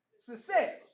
Success